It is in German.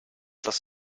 das